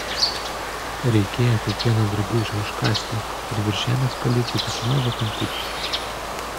reikėjo kiekvieną drabužį užkasti ir virš žemės palikti tik mažą kamputį